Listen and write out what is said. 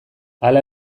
hala